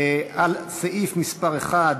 עיסאווי פריג',